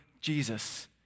Jesus